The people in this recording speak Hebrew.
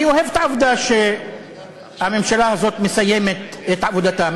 אני אוהב את העובדה שהממשלה הזאת מסיימת את עבודתה.